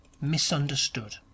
misunderstood